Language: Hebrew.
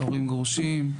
ההורים גרושים,